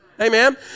Amen